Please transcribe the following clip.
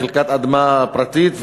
בחלקת אדמה פרטית,